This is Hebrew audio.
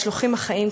על המשלוחים החיים,